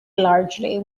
largely